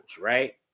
right